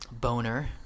Boner